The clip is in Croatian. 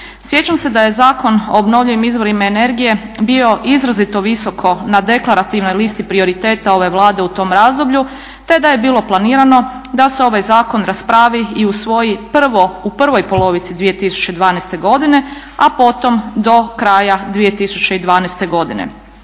Sjećam se da je Zakon o obnovljivim izvorima energije bio izrazito visoko na deklarativnoj listi prioriteta ove Vlade u tom razdoblju te da je bilo planirano da se ovaj zakon raspravi i usvoji u prvoj polovici 2012. godine, a potom do kraja 2012. godine.